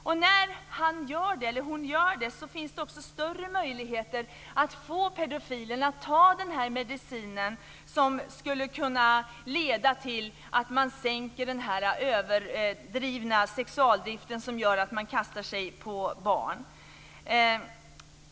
Och när han eller hon gör det finns det också större möjligheter att få pedofilen att ta den medicin som skulle kunna leda till att man minskar denna överdrivna sexualdrift som gör att pedofilen kastar sig över barn.